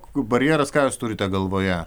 barjeras ką jūs turite galvoje